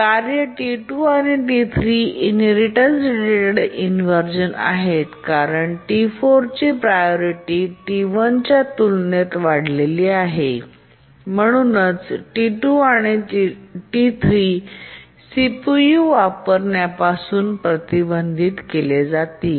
कार्ये T2 आणि T3 inheritance related inversion आहेत कारण T4 ची प्रायोरिटी T1 च्या तुलनेत वाढली आहे आणि म्हणूनच T2 आणि T3 सीपीयू वापरण्यापासून प्रतिबंधित केले जाईल